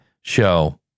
show